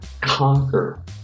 conquer